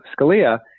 Scalia